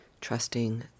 trusting